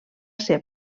ser